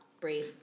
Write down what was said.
breathe